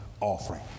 offering